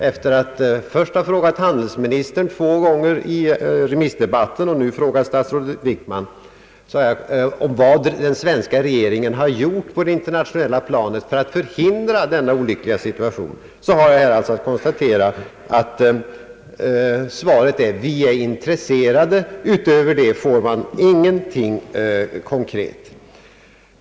Efter att först ha frågat handelsministern två gånger i remissdebatten och sedan ha frågat statsrådet Wickman vad den svenska regeringen har gjort på det internationella planet för att förhindra denna olyckliga situation har jag här att konstatera, att svaret är att regeringen är intresserad. Utöver det innehåller svaret inte något konkret.